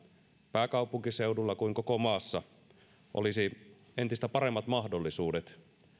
pääkaupunkiseudulla kuin koko maassa olisi entistä paremmat mahdollisuudet